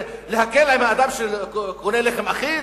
זה להקל עם האדם שקונה לחם אחיד?